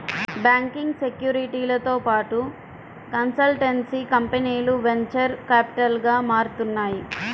banking, సెక్యూరిటీలతో పాటు consultancy కంపెనీలు వెంచర్ క్యాపిటల్గా మారుతున్నాయి